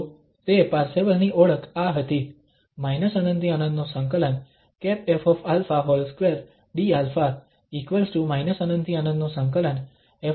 તો તે પાર્સેવલની ઓળખ આ હતી ∞∫∞ |ƒα|2 dα ∞∫∞ |ƒα|2 dα